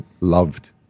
loved